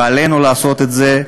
ועלינו לעשות את זה.